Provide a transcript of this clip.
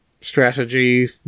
strategy